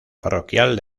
parroquial